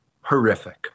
horrific